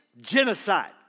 genocide